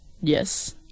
Yes